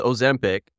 Ozempic